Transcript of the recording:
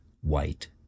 white